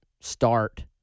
start